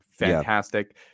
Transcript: Fantastic